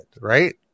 right